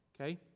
okay